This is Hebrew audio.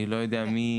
אני לא יודע מי.